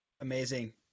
Amazing